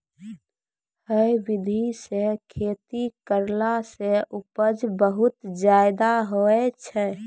है विधि सॅ खेती करला सॅ उपज बहुत ज्यादा होय छै